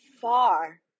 far